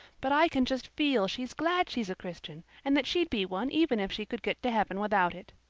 but i can just feel she's glad she's a christian and that she'd be one even if she could get to heaven without it.